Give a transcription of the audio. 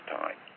time